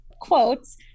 quotes